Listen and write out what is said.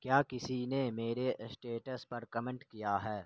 کیا کسی نے میرے اسٹیٹس پر کمنٹ کیا ہے